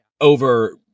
over